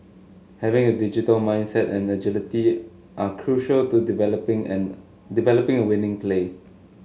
having a digital mindset and agility are crucial to developing and developing a winning play